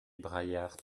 braillard